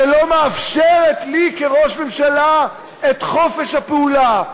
שלא מאפשרת לי כראש ממשלה את חופש הפעולה.